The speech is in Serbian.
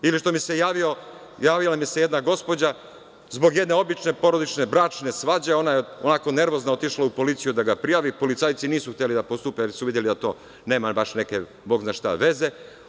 Ili, što mi se javila jedna gospođa, zbog jedne obične porodične, bračne svađe, ona je onako nervozna otišla u policiju da ga prijavi, policajci nisu hteli da postupe, jer su videli da to nema baš neke, bog zna šta veze.